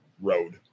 road